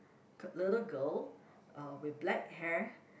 little girl uh with black hair